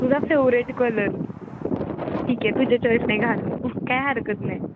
तुझा favourite colour ठीक आहे तुझ्या चॉईसने घालू काय हरकत नाही